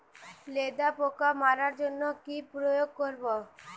লেদা পোকা মারার জন্য কি প্রয়োগ করব?